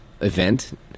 event